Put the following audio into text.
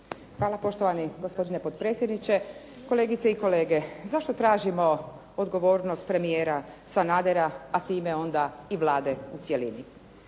Hvala poštovani gospodine potpredsjedniče, kolegice i kolege. Zašto tražimo odgovornost premijera Sanadera a time onda i Vlade u cjelini?